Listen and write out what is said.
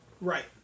right